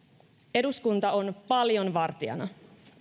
eduskunta on paljon vartijana